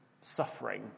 suffering